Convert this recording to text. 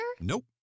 Nope